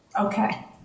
Okay